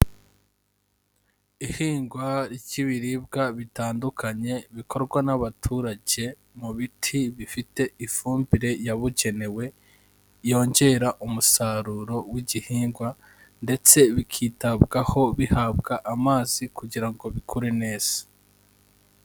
Ihingwa ry'ibiribwa bitandukanye bikorwa n'abaturage mu biti bifite ifumbire yabugenewe yongera umusaruro w'igihingwa ndetse bikitabwaho bihabwa amazi kugira ngo bikure neza.